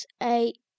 eight